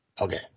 Okay